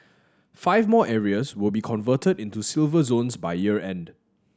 five more areas will be converted into Silver Zones by year end